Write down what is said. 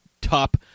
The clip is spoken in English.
top